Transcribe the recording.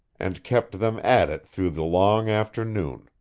and kept them at it through the long afternoon,